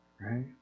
Right